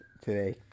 today